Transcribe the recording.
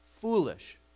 foolish